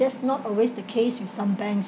that's not always the case with some banks